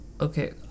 Okay